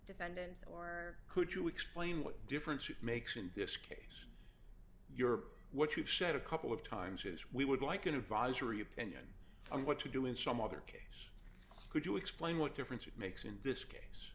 defendants or could you explain what difference it makes in this case your what you've shared a couple of times as we would like an advisory opinion on what you do in some other case could you explain what difference it makes in this case